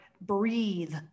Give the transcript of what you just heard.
breathe